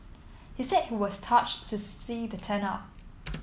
he said he was touched to see the turnout